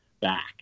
back